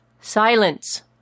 Silence